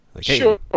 sure